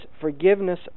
forgiveness